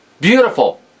Beautiful